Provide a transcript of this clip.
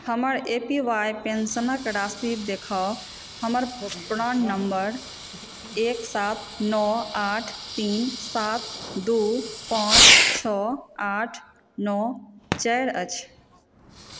हमर एपीवाय पेंशनक राशि देखाउ हमर प्रान नम्बर एक सात नओ आठ तीन सात दू पाँच छओ आठ नओ चारि अछि